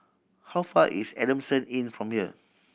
how far is Adamson Inn from here